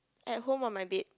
at home on my bed